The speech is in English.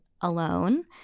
alone